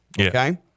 Okay